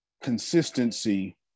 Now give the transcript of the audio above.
consistency